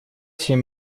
семь